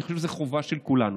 אני חושב שזאת חובה של כולנו.